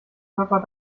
körper